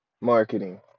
Marketing